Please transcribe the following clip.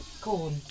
Corn